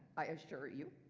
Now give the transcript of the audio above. i assure you.